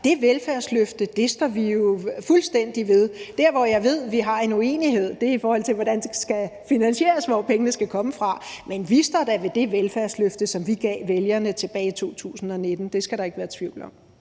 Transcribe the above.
det velfærdsløfte står vi jo fuldstændig ved. Der, hvor jeg ved vi har en uenighed, er i forhold til, hvordan det skal finansieres, altså hvor pengene skal komme fra. Men vi står da ved det velfærdsløfte, som vi gav vælgerne tilbage i 2019. Det skal der ikke være tvivl om.